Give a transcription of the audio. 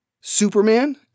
Superman